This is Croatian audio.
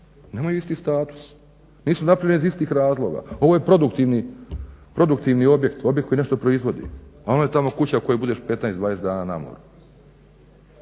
Nemaju isti status, nisu napravljeni iz istih razloga. Ovo je produktivni objekt, objekt koji nešto proizvodi, a ono je tamo kuća u kojoj budeš 15, 20 dana na moru.